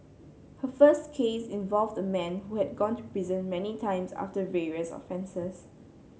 her first case involved the man who had gone to prison many times after various offences